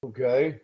Okay